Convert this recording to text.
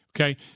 Okay